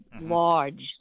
large